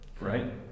right